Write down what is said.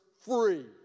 free